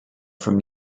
from